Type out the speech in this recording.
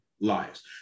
lives